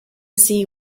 see